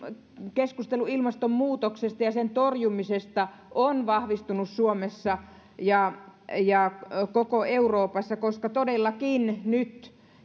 keskustelu ilmastonmuutoksesta ja sen torjumisesta on vahvistunut suomessa ja ja koko euroopassa koska todellakin